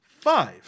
Five